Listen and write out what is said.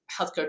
healthcare